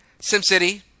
SimCity